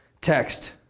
text